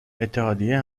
اتحادیه